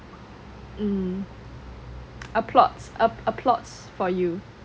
mm apapplauds for you